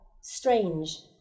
strange